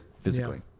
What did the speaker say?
physically